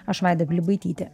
aš vaida pilibaitytė